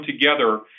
together